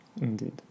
Indeed